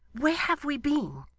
where have we been